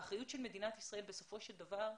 האחריות של מדינת ישראל בסופו של דבר,